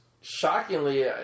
shockingly